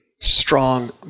strong